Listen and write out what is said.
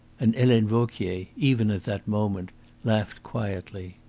and helene vauquier, even at that moment, laughed quietly.